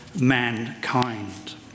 mankind